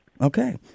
Okay